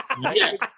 Yes